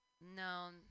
No